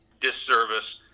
disservice